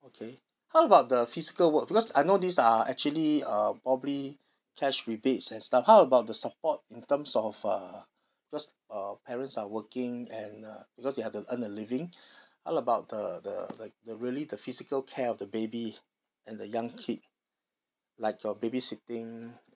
okay how about the physical work because I know these are actually um probably cash rebates and stuff how about the support in terms of uh because uh parents are working and uh because you have to earn a living how about the the the really the physical care of the baby and the young kid like your baby sitting